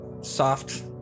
Soft